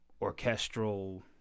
orchestral